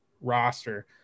roster